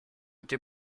été